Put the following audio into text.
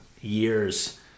years